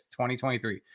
2023